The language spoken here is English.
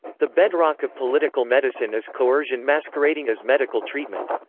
the bedrock of political medicine is coercion masquerading as medical treatment.